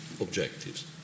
objectives